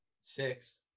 Six